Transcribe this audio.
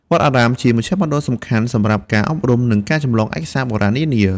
វត្តអារាមជាមជ្ឈមណ្ឌលសំខាន់សម្រាប់ការអប់រំ និងការចម្លងឯកសារបុរាណនានា។